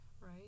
Right